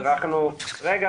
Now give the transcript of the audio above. רגע,